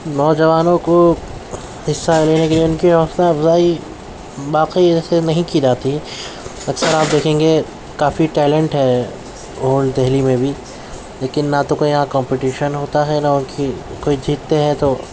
نوجوانوں کو حصہ لینے کے لیے ان کی حوصلہ افزائی باقی وجہ سے نہیں کی جاتی ہے اکثر آپ دیکھیں گے کافی ٹیلنٹ ہے اولڈ دہلی میں بھی لیکن نہ تو کوئی یہاں کمپٹیشن ہوتا نہ ان کوئی جیتے ہیں تو